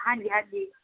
ਹਾਂਜੀ ਹਾਂਜੀ